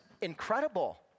incredible